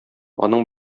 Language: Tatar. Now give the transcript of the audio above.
аның